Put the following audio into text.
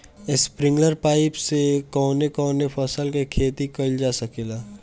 Sprinkler pipe से कवने कवने फसल क खेती कइल जा सकेला?